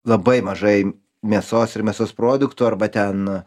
labai mažai mėsos ir mėsos produktų arba ten